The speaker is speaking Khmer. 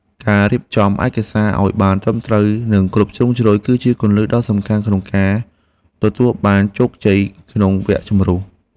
ការរៀបចំឯកសារឱ្យបានត្រឹមត្រូវនិងគ្រប់ជ្រុងជ្រោយគឺជាគន្លឹះដ៏សំខាន់ក្នុងការទទួលបានជោគជ័យក្នុងវគ្គជម្រុះ។